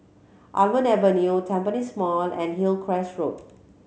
Almond Avenue Tampines Mall and Hillcrest Road